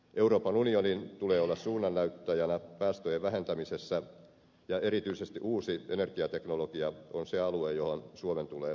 euroopan unionin tulee olla suunnannäyttäjänä päästöjen vähentämisessä ja erityisesti uusi energiateknologia on se alue johon suomen tulee keskittyä